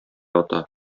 ата